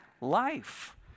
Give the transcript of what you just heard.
life